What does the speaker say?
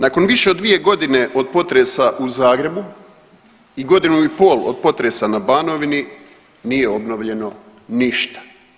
Nakon više od dvije godine od potresa u Zagrebu i godinu i pol od potresa na Banovini nije obnovljeno ništa.